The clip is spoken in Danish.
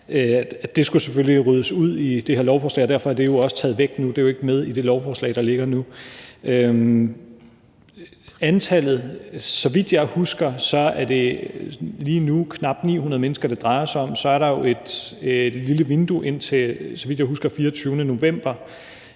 og den slags, ryddes ud i det her lovforslag, og derfor er de jo også taget væk nu. De er jo ikke med i det lovforslag, der ligger nu. I forhold til antallet er det, så vidt jeg husker, lige nu knap 900 mennesker, det drejer sig om. Så er der jo et lille vindue ind til, så vidt jeg husker, den 24. november,